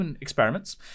Experiments